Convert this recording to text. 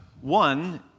one